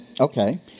Okay